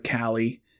Callie